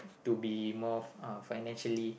to be more uh financially